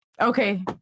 Okay